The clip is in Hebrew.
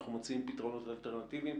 אנחנו מוצאים פתרונות אלטרנטיביים.